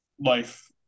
life